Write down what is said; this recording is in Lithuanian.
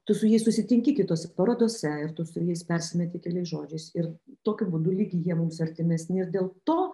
tu su jais susitinki kitose parodose ir tu su jais persimeti keliais žodžiais ir tokiu būdu lyg jie mums artimesni ir dėl to